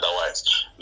otherwise